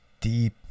deep